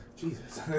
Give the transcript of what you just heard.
Jesus